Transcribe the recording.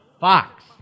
Fox